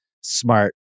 smart